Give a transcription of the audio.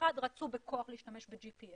אחת רצו בכוח להשתמש ב-GPS.